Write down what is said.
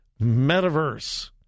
metaverse